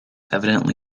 evidently